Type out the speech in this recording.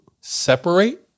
separate